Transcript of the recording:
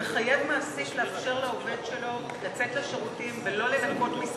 שמחייב מעסיק לאפשר לעובד שלו לצאת לשירותים ולא לנכות משכרו,